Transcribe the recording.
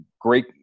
great